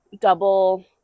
double